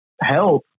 help